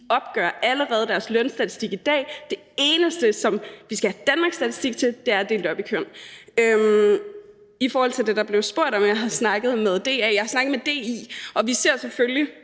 opgør allerede deres lønstatistik i dag. Det eneste, som vi skal have Danmarks Statistik til, er at dele det op i køn. Så i forhold til det, jeg blev spurgt om: om jeg havde snakket med DA. Jeg har snakket med DI, og vi ser selvfølgelig